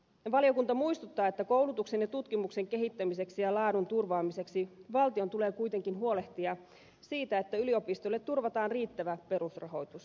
valiokunta muistuttaa että koulutuksen ja tutkimuksen kehittämiseksi ja laadun turvaamiseksi valtion tulee kuitenkin huolehtia siitä että yliopistoille turvataan riittävä perusrahoitus